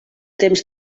temps